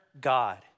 God